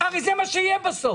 זה מה שהיה בסוף.